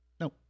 No